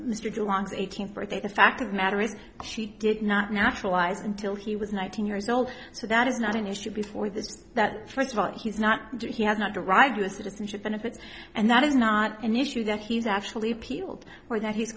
delong eighteenth birthday the fact of matter is she did not naturalized until he was nineteen years old so that is not an issue before this that first of all he's not he had not derived u s citizenship benefits and that is not an issue that he's actually peeled or that he's